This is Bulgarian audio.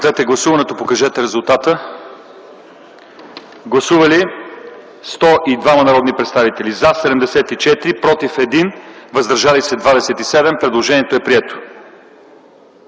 Предложението е прието.